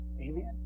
Amen